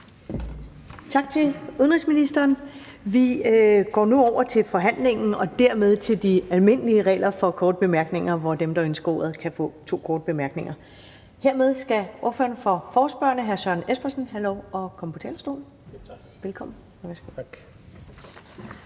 Tak til udenrigsministeren. Vi går nu over forhandlingen og dermed til de almindelige regler for korte bemærkninger, hvor dem, der ønsker ordet, kan få to korte bemærkninger. Hermed skal ordføreren for forespørgerne, hr. Søren Espersen, have lov at komme på talerstolen. Velkommen.